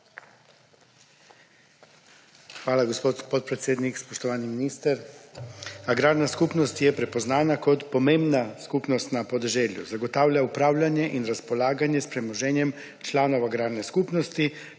Hvala, gospod podpredsednik. Spoštovani minister! Agrarna skupnost je prepoznana kot pomembna skupnost na podeželju, zagotavlja upravljanje in razpolaganje s premoženjem članov agrarne skupnosti,